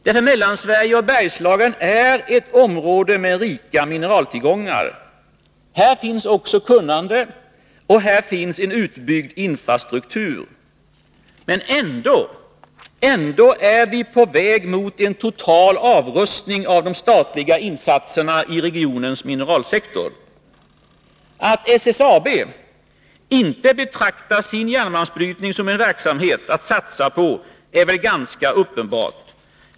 Det är ett område med rika mineraltillgångar. Här finns kunnande och här finns en utbyggd infrastruktur. Och ändå är vi på väg mot en total avrustning av de statliga insatserna i regionens mineralsektor. Att SSAB inte betraktar sin järnmalmsbrytning som en verksamhet att satsa på är väl ganska uppenbart.